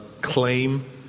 claim